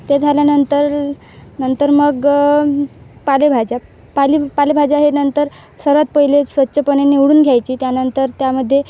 ते झाल्यानंतर नंतर मग पालेभाज्या पाले पालेभाज्या हे नंतर सर्वात पहिले स्वच्छपणे निवडून घ्यायची त्यानंतर त्यामध्ये